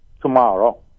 tomorrow